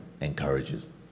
encourages